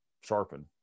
sharpen